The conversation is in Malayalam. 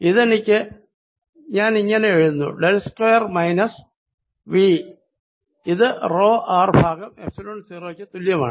ഇതെനിക്ക് ഞാൻ ഇങ്ങനെ എഴുതുന്നു ഡെൽ സ്ക്വയർ മൈനസ് V ഇത് റോ r ബൈ എപ്സിലോൺ 0 ക്ക് തുല്യമാണ്